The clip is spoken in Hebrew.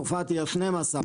צרפת היא ה-12.